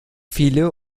viele